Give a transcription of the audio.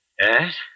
Yes